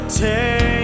take